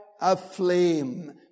aflame